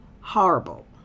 horrible